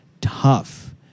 tough